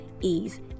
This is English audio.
ease